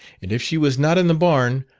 and if she was not in the barn,